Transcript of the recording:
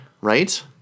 right